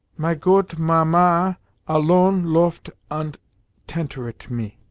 my goot mamma alone loaft ant tenteret me.